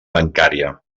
bancària